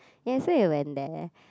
ya so we went there